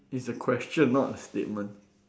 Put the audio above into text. it's a question not a statement